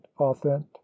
authent